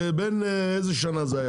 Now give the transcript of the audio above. בין איזה שנה זה?